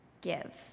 give